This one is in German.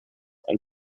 ein